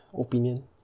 opinion